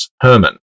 Herman